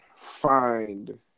find